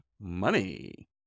money